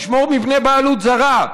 לשמור מפני בעלות זרה,